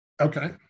okay